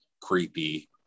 creepy